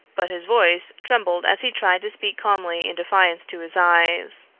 but his voice trembled as he tried to speak calmly in defiance to his eyes.